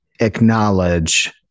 acknowledge